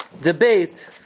debate